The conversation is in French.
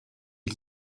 est